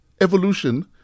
evolution